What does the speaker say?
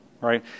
right